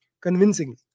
convincingly